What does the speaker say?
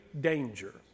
danger